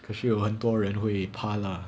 可是有很多人会怕 lah